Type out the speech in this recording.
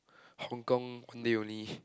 Hong Kong one day only